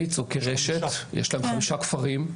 ויצ"ו כרשת יש להם חמישה כפרים,